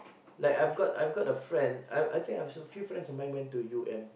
like I have got I have got a friend I I say I have so few friends who went to U_M